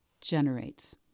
generates